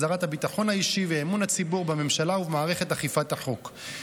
החזרת הביטחון האישי ואמון הציבור בממשלה ובמערכת אכיפת החוק.